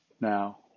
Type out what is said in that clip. Now